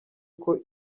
ngo